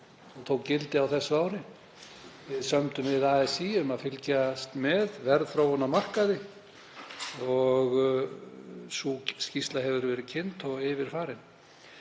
og tók gildi á þessu ári. Við sömdum við ASÍ um að fylgjast með verðþróun á markaði og sú skýrsla hefur verið kynnt og yfirfarin.